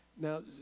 Now